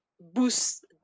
boost